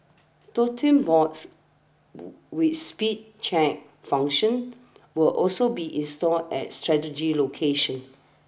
totem boards with speed check functions will also be installed at strategic locations